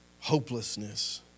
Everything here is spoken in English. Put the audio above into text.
hopelessness